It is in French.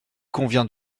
convient